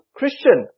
Christian